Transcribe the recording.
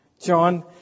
John